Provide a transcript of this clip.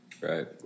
Right